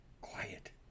Quiet